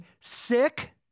sick